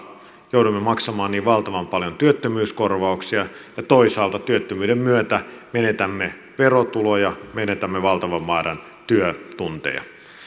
joudumme maksamaan niin valtavan paljon työttömyyskorvauksia ja toisaalta työttömyyden myötä menetämme verotuloja menetämme valtavan määrän työtunteja